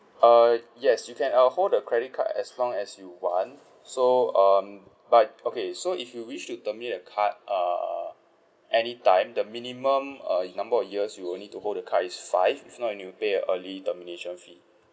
uh yes you can uh hold the credit card as long as you want so um but okay so if you wish to terminate the card err any time the minimum uh number of years you need to hold the card is five if not then you'll pay an early termination fee